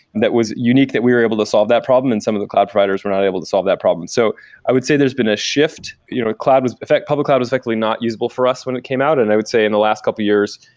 that was unique that we are able to solve that problem, and some of the cloud providers were not able to solve that problem. so i would say there's been a shift. you know in fact, public cloud is effectively not usable for us when it came out, and i would say in the last couple of years,